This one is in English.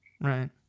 right